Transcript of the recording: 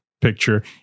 picture